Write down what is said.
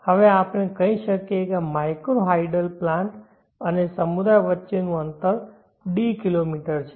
હવે આપણે કહીએ કે આ માઇક્રો હાઇડલ પ્લાન્ટ અને સમુદાય વચ્ચેનું અંતર d કિલોમીટર છે